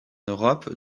europe